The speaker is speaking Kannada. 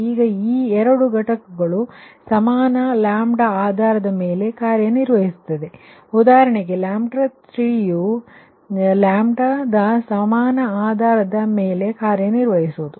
ಈಗ ಈ ಎರಡು ಘಟಕಗಳು ಸಮಾನ λ ಆಧಾರದ ಮೇಲೆ ಕಾರ್ಯನಿರ್ವಹಿಸುತ್ತವೆ ಉದಾಹರಣೆಗೆ 3ಯು ಸಮಾನ ಆಧಾರದequal λ basis ಮೇಲೆ ಕಾರ್ಯನಿರ್ವಹಿಸುವುದು